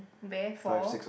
bear for